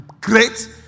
great